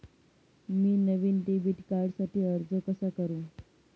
मी नवीन डेबिट कार्डसाठी अर्ज कसा करु?